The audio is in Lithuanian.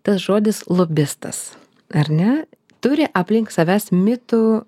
tas žodis lobistas ar ne turi aplink savęs mitų